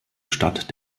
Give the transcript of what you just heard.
stadt